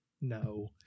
no